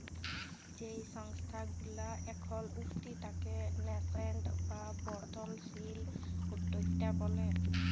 যেই সংস্থা গুলা এখল উঠতি তাকে ন্যাসেন্ট বা বর্ধনশীল উদ্যক্তা ব্যলে